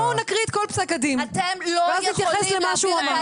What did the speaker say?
בואו נקריא את כל פסק הדין ואז נתייחס למה שהוא אמר.